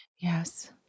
Yes